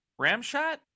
Ramshot